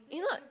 you not